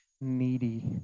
needy